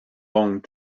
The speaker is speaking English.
long